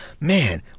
man